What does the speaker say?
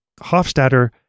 Hofstadter